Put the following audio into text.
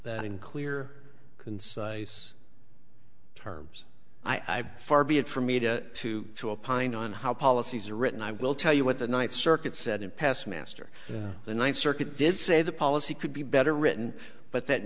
that in clear concise terms i bet far be it from me to to to a pine on how policies are written i will tell you what the ninth circuit said in past master the ninth circuit did say the policy could be better written but that